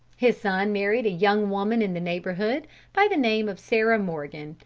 his son married a young woman in the neighborhood by the name of sarah morgan,